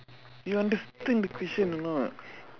you understand the question or not